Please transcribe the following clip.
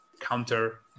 counter